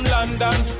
London